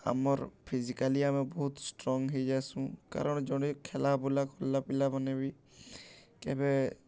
ଆମର୍ ଫିଜିକାଲି ଆମେ ବହୁତ୍ ଷ୍ଟ୍ରଙ୍ଗ୍ ହେଇଯାଏସୁଁ କାରଣ ଜଣେ ଖେଲା ବୁଲା କଲା ପିଲାମାନେ ବି ଏବେ